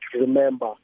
remember